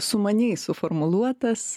sumaniai suformuluotas